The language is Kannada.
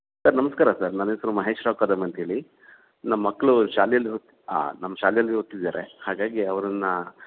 ಸರ್ ನಮಸ್ಕಾರ ಸರ್ ನನ್ನ ಹೆಸರು ಮಹೇಶ್ ರಾವ್ ಕದಮ್ ಅಂತೇಳಿ ನಮ್ಮ ಮಕ್ಕಳು ಶಾಲೆಯಲ್ಲಿ ನಮ್ಮ ಶಾಲೆಯಲ್ಲಿ ಓದ್ತಿದ್ದಾರೆ ಹಾಗಾಗಿ ಅವರನ್ನು